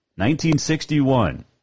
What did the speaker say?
1961